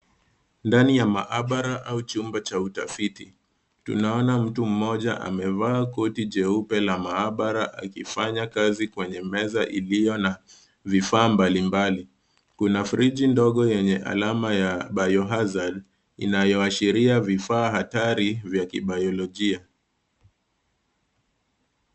Ndani ya maabara au chumba cha utafiti. Tunaona mtu mmoja amevaa koti jeupe la maabara akifanya kazi kwenye meza iliyo na vifaa mbalimbali. Kuna friji ndogo yenye alama ya biohazard inayoashiria vifaa hatari vya kibayolojia.